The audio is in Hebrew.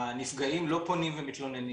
הנפגעים לא פונים ומתלוננים,